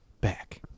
back